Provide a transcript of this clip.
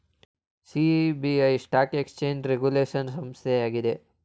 SEBI stock exchange regulation ಸಂಸ್ಥೆ ಆಗಿದೆ